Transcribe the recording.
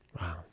Wow